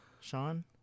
Sean